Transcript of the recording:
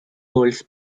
holds